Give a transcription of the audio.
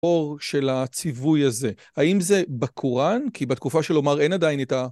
אור של הציווי הזה, האם זה בקוראן? כי בתקופה של עומר אין עדיין את ה...